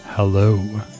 Hello